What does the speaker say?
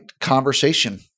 conversation